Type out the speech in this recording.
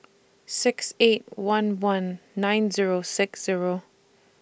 six eight one one nine Zero six Zero